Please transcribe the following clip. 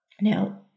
now